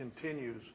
continues